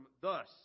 thus